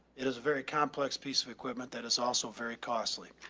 it is a very complex piece of equipment that is also very costly.